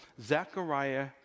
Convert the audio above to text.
Zechariah